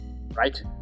Right